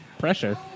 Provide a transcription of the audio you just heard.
Pressure